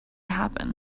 happen